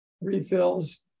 refills